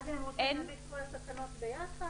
הנוסח של התקנות כבר הוכנס לחוק.